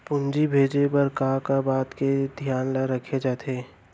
पूंजी भेजे बर का का बात के धियान ल रखे जाथे?